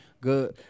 Good